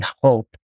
hope